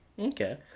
Okay